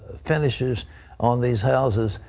finishes on these houses.